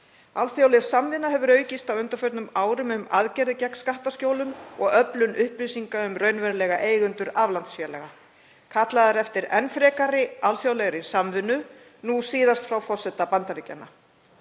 Alþjóðleg samvinna hefur aukist á undanförnum árum um aðgerðir gegn skattaskjólum og öflun upplýsinga um raunverulega eigendur aflandsfélaga. Kallað er eftir enn frekari alþjóðlegri samvinnu, nú síðast frá forseta Bandaríkjanna.